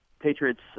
Patriots